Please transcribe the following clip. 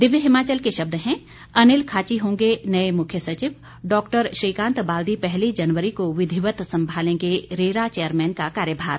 दिव्य हिमाचल के शब्द हैं अनिल खाची होंगे नए मुख्य सचिव डॉ श्रीकांत बाल्दी पहली जनवरी को विधिवत संभालेंगे रेरा चेयरमैन का कार्यभार